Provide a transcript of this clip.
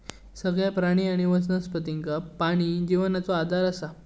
सगळ्या प्राणी आणि वनस्पतींका पाणी जिवनाचो आधार असा